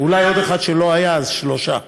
ואולי עוד אחד שלא היה, אז שלושה,